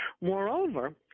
Moreover